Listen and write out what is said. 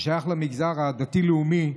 ששייך למגזר הדתי-לאומי,